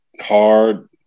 hard